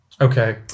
Okay